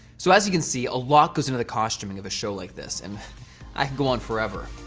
so as you can see, a lot goes into the costuming of a show like this, and i could go on forever.